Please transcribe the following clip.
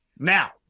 Now